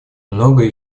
многое